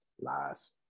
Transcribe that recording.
Lies